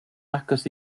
agos